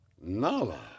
Nala